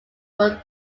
were